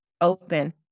open